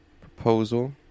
proposal